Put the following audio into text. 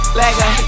leggo